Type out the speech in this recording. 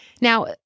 Now